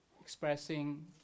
expressing